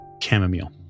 chamomile